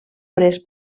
pres